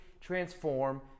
transform